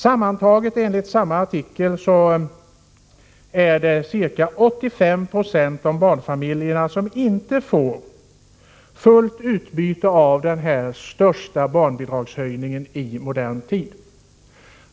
Sammantaget är det, enligt samma artikel, ca 85 90 av barnfamiljerna som inte får fullt utbyte av denna den största barnbidragshöjn ningen i modern tid.